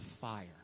fire